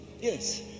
yes